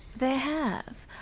there have.